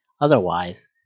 otherwise